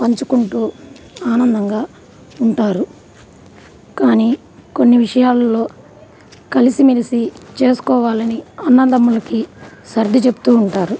పంచుకుంటూ ఆనందంగా ఉంటారు కానీ కొన్ని విషయాలలో కలిసిమెలిసి చేసుకోవాలని అన్నదమ్ములకి సర్ది చెప్తూ ఉంటారు